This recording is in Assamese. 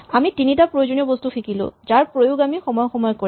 আমি তিনিটা প্ৰয়োজনীয় বস্তু শিকিলো যাৰ প্ৰয়োগ আমি সময়ে সময়ে কৰিম